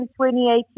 2018